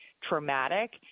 traumatic